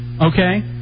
okay